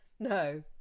No